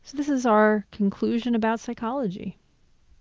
this is our conclusion about psychology.